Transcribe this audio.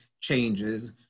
changes